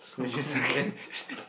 which is